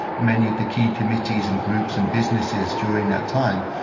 many of the key committees and groups and businesses during that time,